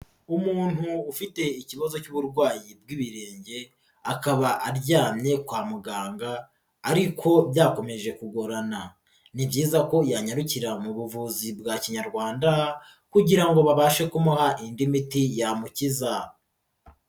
Umuntu ufite ikibazo cy'uburwayi bw'ibirenge akaba aryamye kwa muganga ariko byakomeje kugorana, ni byiza ko yanyarukira mu buvuzi bwa kinyarwanda kugira ngo babashe kumuha indi miti yamukiza.